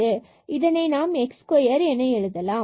ஏனெனில் இதனை நாம் x square என எழுதலாம்